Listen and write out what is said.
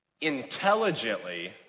intelligently